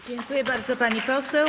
Dziękuję bardzo, pani poseł.